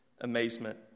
amazement